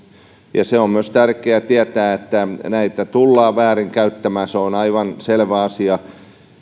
myös se on tärkeää tietää että näitä tullaan väärinkäyttämään se on aivan selvä asia